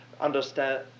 understand